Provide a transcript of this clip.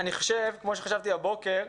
אני חושב כמו שחשבתי הבוקר.